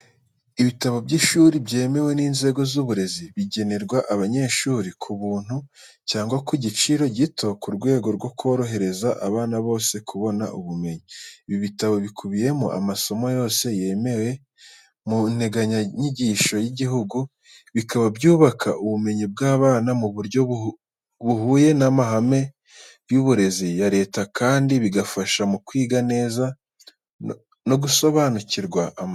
Ibitabo by'ishuri byemewe n'inzego z’uburezi, bigenerwa abanyeshuri ku buntu cyangwa ku giciro gito mu rwego rwo korohereza abana bose kubona ubumenyi. Ibi bitabo bikubiyemo amasomo yose yemewe mu nteganyanyigisho y'igihugu, bikaba byubaka ubumenyi bw'abana mu buryo buhuye n'amahame y'uburezi ya leta kandi bigafasha mu kwiga neza no gusobanukirwa amasomo.